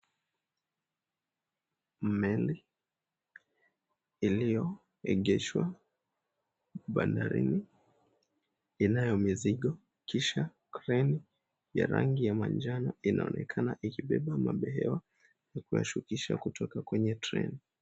Meli iliyoegeshwa bandarini inayo mizigo kisha kreni ya rangi ya manjano inaonekana ikibeba mabehewa inashukisha kutoka kwenye treni.